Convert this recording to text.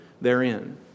therein